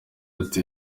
ati